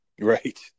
Right